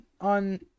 on